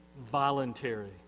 voluntary